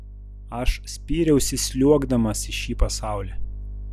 aš spyriausi sliuogdamas į šį pasaulį